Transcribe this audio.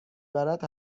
برد